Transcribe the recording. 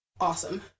awesome